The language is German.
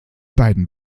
beiden